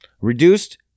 Reduced